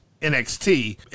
NXT